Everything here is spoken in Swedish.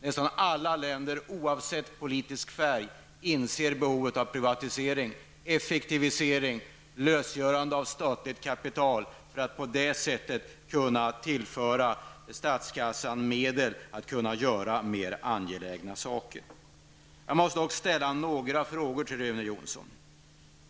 Nästan alla länder, oavsett politisk färg, inser behovet av privatisering, effektivisering, lösgörande av statligt kapital, för att på det sättet tillföra statskassan medel så att man kan göra mer angelägna saker. Jag måste dock ställa några frågor till Rune Jonsson.